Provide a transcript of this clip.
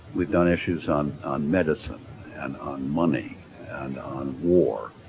we've done issues on on medicine and on money and on war.